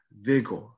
vigor